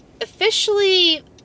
officially